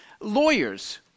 Lawyers